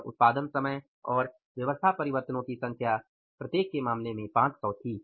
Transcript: और उत्पादन समय और व्यवस्था परिवर्तनो की संख्या 500 प्रत्येक थी